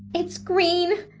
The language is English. it's green,